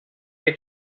che